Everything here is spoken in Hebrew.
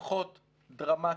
תומכות דרמטית,